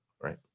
Right